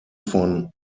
von